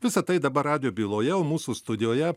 visa tai dabar radijo byloje mūsų studijoje